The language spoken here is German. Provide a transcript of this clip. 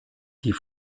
die